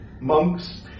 Monks